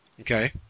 Okay